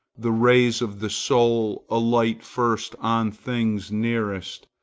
the rays of the soul alight first on things nearest,